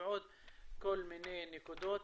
ועוד לכל מיני נקודות.